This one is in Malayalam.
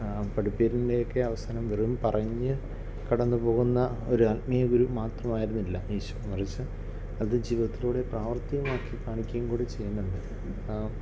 പഠിപ്പീരിൻ്റെയൊക്കെ അവസാനം വെറും പറഞ്ഞൂ കടന്നു പോകുന്ന ഒരു ആത്മീയ ഗുരു മാത്രമായിരുന്നില്ല ഈശോ മറിച്ച് അത് ജീവിതത്തിലൂടെ പ്രാവർത്തികമാക്കി കാണിക്കുകയും കൂടെ ചെയ്യുന്നുണ്ട്